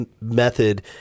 method